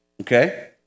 Okay